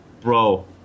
bro